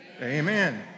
Amen